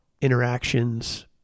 interactions